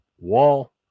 wall